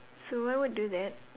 so I would do that